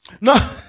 No